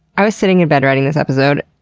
i was sitting in bed writing this episode.